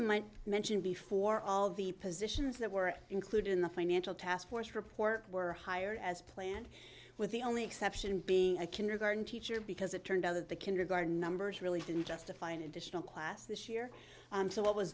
might mention before all of the positions that were included in the financial task force report were higher as planned with the only exception being a kindergarten teacher because it turned out that the kindergarten numbers really didn't justify an additional class this year so what was